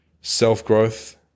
self-growth